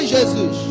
Jesus